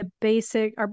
basic